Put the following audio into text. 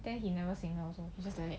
then he never signal also he just like that